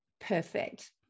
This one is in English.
perfect